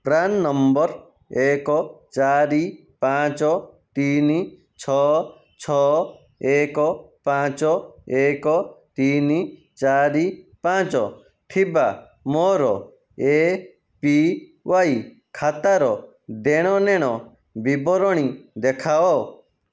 PRAN number ଏକ ଚାରି ପାଞ୍ଚ ତିନି ଛଅ ଛଅ ଏକ ପାଞ୍ଚ ଏକ ତିନି ଚାରି ପାଞ୍ଚ ଥିବା ମୋର ଏ ପି ୱାଇ ଖାତାର ଦେଣନେଣ ବିବରଣୀ ଦେଖାଅ